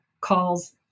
calls